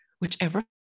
whichever